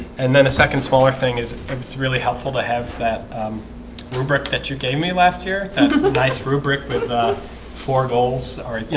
and then a second smaller thing is it's really helpful to have that rubric that you gave me last year and there's a nice rubric with about four goals or you